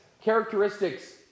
characteristics